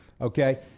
Okay